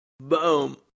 Boom